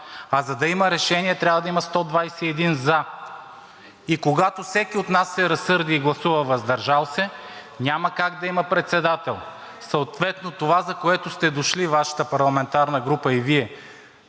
А за да има решение, трябва да има 121 „за“. И когато всеки от нас се разсърди и гласува „въздържал се“ – няма как да има председател. Съответно това, за което сте дошли – Вашата парламентарна група и Вие